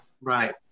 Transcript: Right